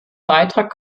beitrag